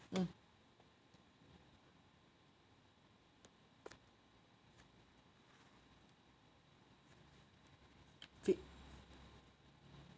mm